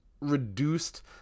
reduced